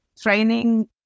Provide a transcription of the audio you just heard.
training